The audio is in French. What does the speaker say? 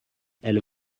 elle